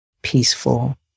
peaceful